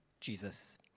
Jesus